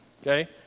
okay